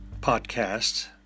podcast